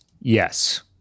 yes